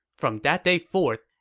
from that day forth,